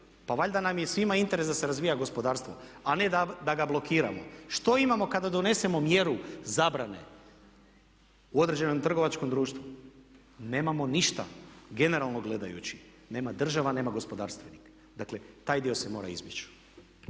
Pa valjda nam je svima interes da se razvija gospodarstvo, a ne da ga blokiramo. Što imamo kada donesemo mjeru zabrane u određenom trgovačkom društvu? Nemamo ništa, generalno gledajući. Nema država, nema gospodarstvenik. Dakle, taj dio se mora izbjeći.